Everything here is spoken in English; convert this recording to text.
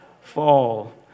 fall